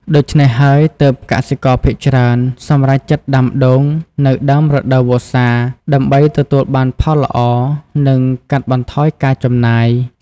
ដូច្នេះហើយ ទើបកសិករភាគច្រើនសម្រេចចិត្តដាំដូងនៅដើមរដូវវស្សាដើម្បីទទួលបានផលល្អ និងកាត់បន្ថយការចំណាយ។